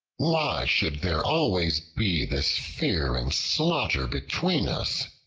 why should there always be this fear and slaughter between us?